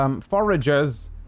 Foragers